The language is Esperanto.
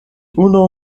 unu